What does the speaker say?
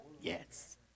Yes